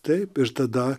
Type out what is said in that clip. taip ir tada